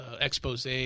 expose